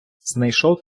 знайшов